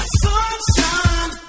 sunshine